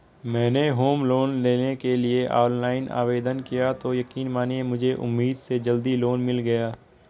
मैंने home loan लेने के लिए ऑनलाइन आवेदन किया तो यकीन मानिए मुझे उम्मीद से जल्दी लोन मिल गया